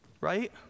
right